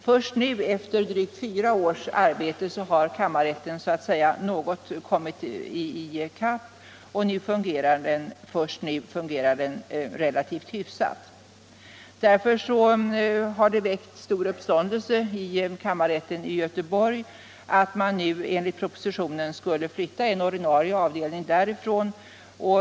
Först nu, efter drygt fyra års arbete, har kammarrätten någorlunda kommit i kapp och fungerar relativt hyfsat. Därför har det väckt stor uppståndelse i kammarrätten i Göteborg att enligt propositionens förslag en ordinarie avdelning skulle flyttas därifrån.